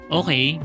okay